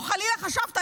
או אם חלילה חשבת,